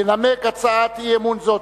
ינמק הצעת אי-אמון זו,